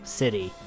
city